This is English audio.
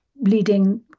leading